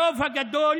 הרוב הגדול